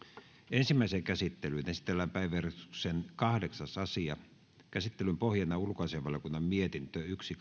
ensimmäiseen käsittelyyn esitellään päiväjärjestyksen kahdeksas asia käsittelyn pohjana on ulkoasiainvaliokunnan mietintö yksi